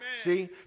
See